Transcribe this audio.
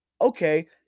okay